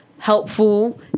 helpful